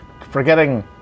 Forgetting